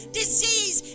disease